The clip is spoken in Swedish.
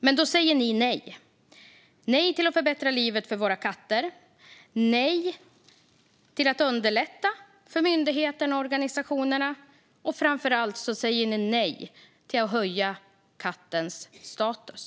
Men då säger ni nej - nej till att förbättra livet för våra katter och nej till att underlätta för myndigheterna och organisationerna. Framför allt säger ni nej till att höja kattens status.